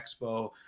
Expo